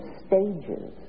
stages